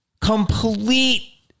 complete